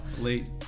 Late